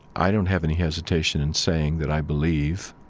i don't have any hesitation in saying that i believe